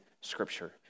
Scripture